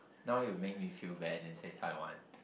now you make me feel bad didn't say Taiwan